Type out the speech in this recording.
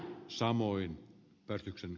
samoin päätöksen